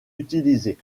utilisés